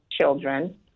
children